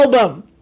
album